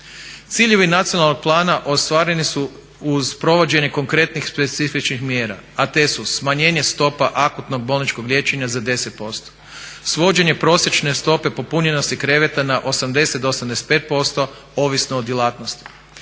Ciljevi nacionalnog plana ostvareni su uz provođenje konkretnih specifičnih mjera, a te su: smanjenje stopa akutnog bolničkog liječenja za 10%, svođenje prosječne stope popunjenosti kreveta na 80 do 85% ovisno o djelatnosti,